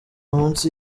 munsi